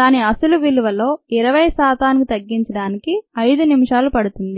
"దాని అసలు విలువలో 20 శాతానికి తగ్గించడానికి 5 నిమిషాలు పడుతుంది